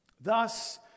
Thus